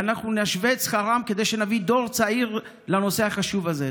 ואנחנו נשווה את שכרם כדי שנביא דור צעיר לנושא החשוב הזה.